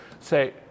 Say